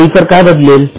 व इतर काय बदलेल